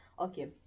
Okay